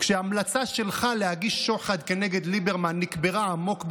כשההמלצה שלך להגיש שוחד כנגד ליברמן נקברה עמוק באדמה,